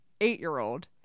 eight-year-old